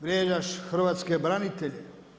Vrijeđaš hrvatske branitelje.